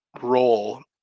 role